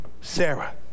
Sarah